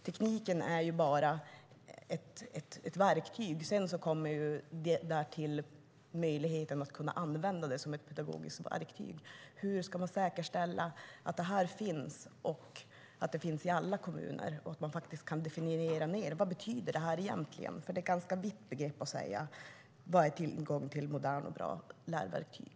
Tekniken är ju bara ett verktyg. Därtill kommer möjligheten att använda det som ett pedagogiskt verktyg. Hur ska man säkerställa att detta finns, att det finns i alla kommuner, och hur kan man bättre definiera vad det egentligen betyder? Det är ju ett ganska vitt begrepp att tala om tillgång till moderna och bra lärverktyg.